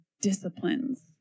disciplines